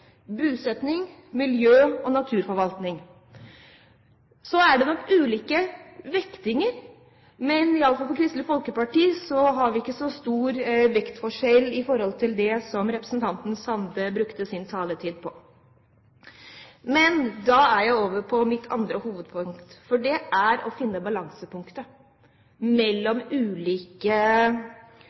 og naturforvaltning. Så er det nok ulike vektinger, men for Kristelig Folkeparti har vi ikke så stor vektforskjell i forhold til det som representanten Sande brukte sin taletid på. Men da er jeg over på mitt andre hovedpoeng, som er å finne balansepunktet mellom ulike